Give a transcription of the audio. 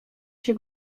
się